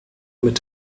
mit